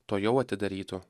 tuojau atidarytų